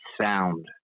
sound